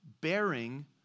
bearing